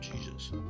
Jesus